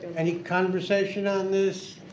any conversation on this